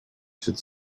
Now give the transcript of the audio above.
should